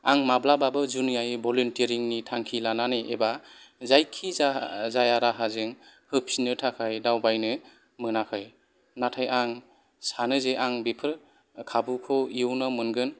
आं माब्लाबाबो जुनियायै भलुन्टियारिंनि थांखि लानानै एबा जायखिजाया राहाजों होफिन्नो थाखाय दावबायनो मोनाखै नाथाय आं सानो जे आं बेफोर खाबुखौ इउनाव मोनगोन